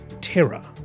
terror